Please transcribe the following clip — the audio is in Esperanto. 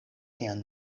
sian